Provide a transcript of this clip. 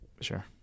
Sure